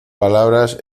palabras